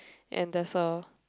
and there's a